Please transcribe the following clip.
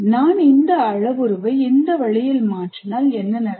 நான் இந்த அளவுருவை இந்த வழியில் மாற்றினால் என்ன நடக்கும்